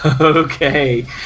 Okay